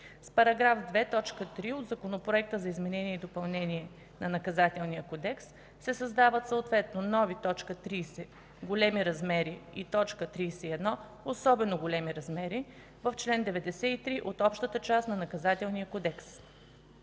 С § 2, т. 3 от Законопроекта за изменение и допълнение на Наказателния кодекс се създават съответно нови т. 30 „Големи размери” и т. 31 „Особено големи размери” в чл. 93 от Общата част на Наказателния кодекс.